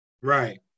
Right